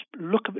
look